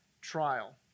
trial